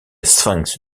sphinx